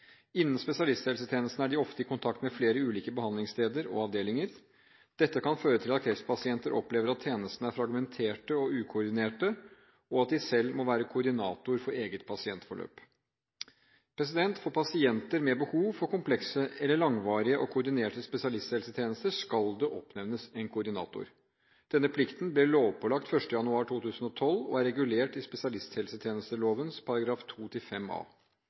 Innen spesialisthelsetjenesten er de ofte i kontakt med flere ulike behandlingssteder og avdelinger. Dette kan føre til at kreftpasienter opplever at tjenestene er fragmenterte og ukoordinerte, og at de selv må være koordinator for eget pasientforløp. For pasienter med behov for komplekse eller langvarige og koordinerte spesialisthelsetjenester skal det oppnevnes en koordinator. Denne plikten ble lovpålagt 1. januar 2012 og er regulert i